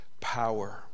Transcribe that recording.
power